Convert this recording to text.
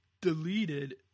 deleted